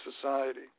society